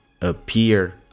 appear